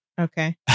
Okay